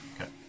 Okay